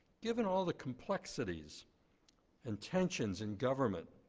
given all the complexities and tensions in government,